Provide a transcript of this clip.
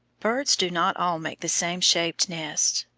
birds do not all make the same shaped nests.